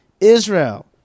Israel